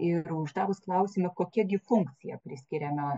ir uždavus klausimą kokia gi funkcija priskiriama